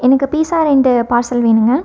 எனக்கு பீஸ்ஸா ரெண்டு பார்செல் வேணும்ங்க